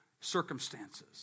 circumstances